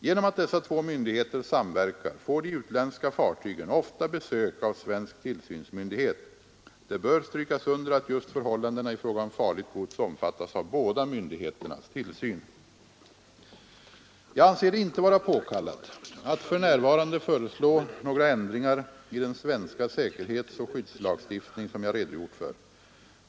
Genom att dessa två myndigheter samverkar får de utländska fartygen ofta besök av svensk tillsynsmyndighet. Det bör strykas under att just förhållandena i fråga om farligt gods omfattas av båda myndigheternas Jag anser det inte vara påkallat att för närvarande föreslå några ändringar i den svenska säkerhetsoch skyddslagstiftning som jag redogjort för.